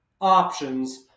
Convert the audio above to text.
options